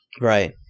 Right